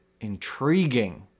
intriguing